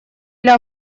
для